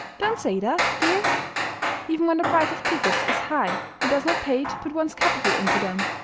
don't say that, dear even when the price of tickets is high it does not pay to put one's capital into them.